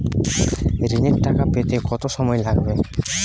ঋণের টাকা পেতে কত সময় লাগবে?